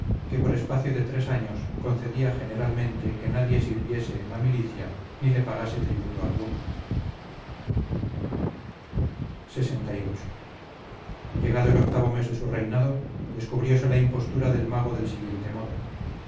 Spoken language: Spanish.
que por espacio de tres años concedía generalmente que nadie sirviese en la milicia ni le pagase tributo alguno lxviii llegado el octavo mes de su reinado descubrióse la impostura del mago del siguiente modo